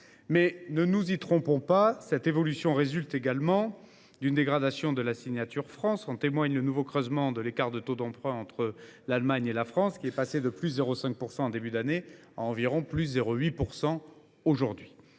Ne nous y trompons pas : cette évolution résulte également d’une dégradation de la signature France. En témoigne le nouveau creusement de l’écart de taux d’emprunt entre l’Allemagne et la France : cet écart est passé de 0,5 % au début de l’année 2024 à environ 0,8 % aujourd’hui.